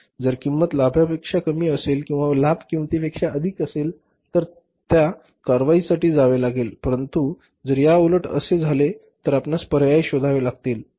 जर किंमत लाभापेक्षा कमी असेल किंवा लाभ किंमतीपेक्षा अधिक असेल तर त्या कारवाईसाठी जावे लागेल परंतु जर याउलट झाले तर आपणास पर्याय शोधावे लागतील